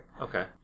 Okay